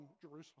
Jerusalem